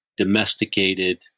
Domesticated